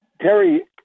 Terry